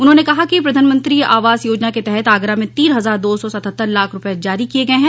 उन्होंने कहा कि प्रधानमंत्री आवास योजना के तहत आगरा में तीन हजार दो सौ सतहत्तर लाख रूपये जारी किये गये हैं